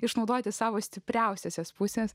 išnaudoti savo stipriausiose pusės